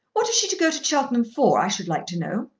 what is she to go to cheltenham for, i should like to know?